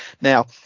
Now